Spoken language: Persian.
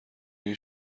این